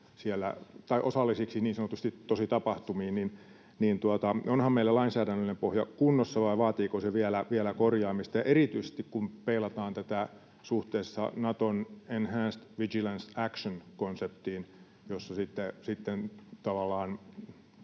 osallisiksi niin sanotusti tositapahtumiin, niin onhan meillä lainsäädännöllinen pohja kunnossa, vai vaatiiko se vielä korjaamista? Ja erityisesti, kun peilataan tätä suhteessa Naton enhanced vigilance activity ‑konseptiin, jossa sitten tavallaan